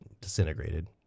disintegrated